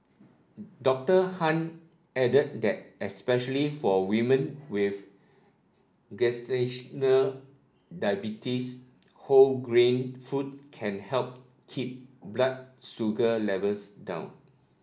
Doctor Han added that especially for women with gestational diabetes whole grain food can help keep blood sugar levels down